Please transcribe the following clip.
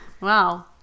wow